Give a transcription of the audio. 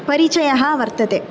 परिचयः वर्तते